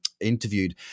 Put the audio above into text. interviewed